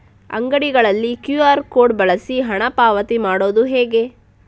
ಅಂಗಡಿಗಳಲ್ಲಿ QR code ಬಳಸಿ ಹಣ ಪಾವತಿ ಮಾಡೋದು ಹೇಗೆ?